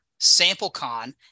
SampleCon